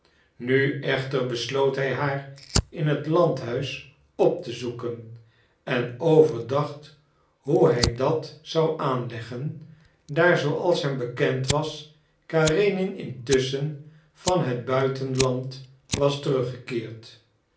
nu echter besloot hij haar in het landhuis op te zoeken en overdacht hoe hij dat zou aanleggen daar zooals hem bekend was karenin intusschen van het buitenland was teruggekeerd